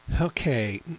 Okay